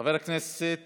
חבר הכנסת